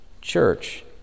church